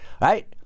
right